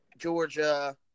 Georgia